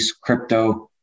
crypto